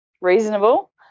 reasonable